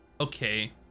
okay